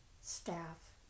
staff